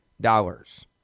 dollars